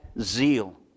zeal